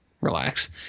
Relax